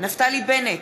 נפתלי בנט,